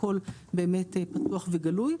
הכל באמת פתוח וגלוי,